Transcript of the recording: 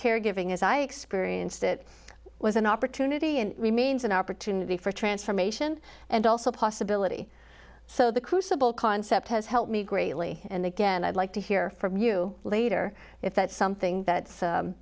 caregiving as i experienced it was an opportunity and remains an opportunity for transformation and also possibility so the crucible concept has helped me greatly and again i'd like to hear from you later if that's something that's